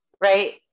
right